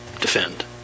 Defend